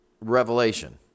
revelation